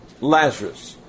Lazarus